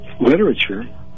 literature